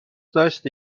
داشتی